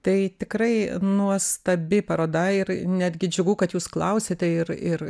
tai tikrai nuostabi paroda ir netgi džiugu kad jūs klausiate ir ir